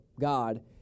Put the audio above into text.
God